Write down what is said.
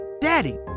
Daddy